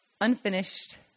unfinished